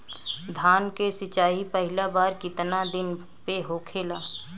धान के सिचाई पहिला बार कितना दिन पे होखेला?